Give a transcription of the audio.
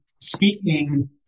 speaking